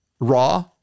raw